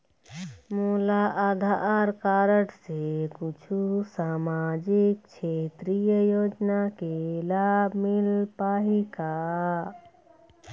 मोला आधार कारड से कुछू सामाजिक क्षेत्रीय योजना के लाभ मिल पाही का?